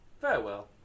Farewell